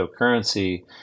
cryptocurrency